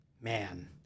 Man